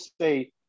say